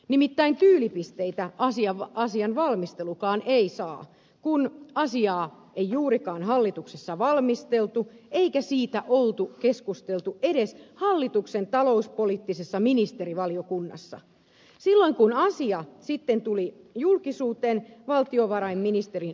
nimittäin tyylipisteitä asian valmistelukaan ei saa kun asiaa ei juurikaan hallituksessa valmisteltu eikä siitä ollut keskusteltu edes hallituksen talouspoliittisessa ministerivaliokunnassa silloin kun asia sitten tuli julkisuuteen valtiovarainministerin suulla